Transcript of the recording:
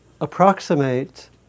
approximate